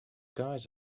guys